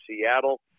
Seattle